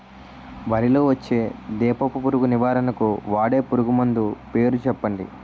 వరిలో పచ్చ దీపపు పురుగు నివారణకు వాడే పురుగుమందు పేరు చెప్పండి?